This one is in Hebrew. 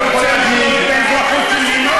ורוצה לשלול את האזרחות שלי.